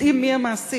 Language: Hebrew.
יודעים מי המעסיק,